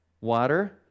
Water